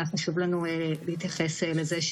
בסופו של יום אתם תיפלו מולם כמו זבובים אחד-אחד.